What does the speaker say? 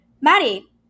Maddie